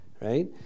Right